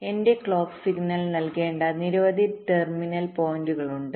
എന്റെ clock signal നൽകേണ്ട നിരവധി ടെർമിനൽ പോയിന്റുകളുണ്ട്